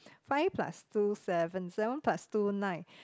five plus two seven seven plus two nine